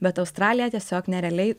bet australija tiesiog nerealiai